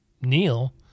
Neil